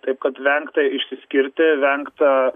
taip kad vengta išsiskirti vengta